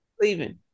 leaving